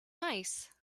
mice